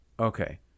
Okay